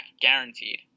guaranteed